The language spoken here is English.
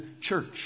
church